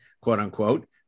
quote-unquote